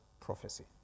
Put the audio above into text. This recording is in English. prophecy